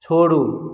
छोड़ू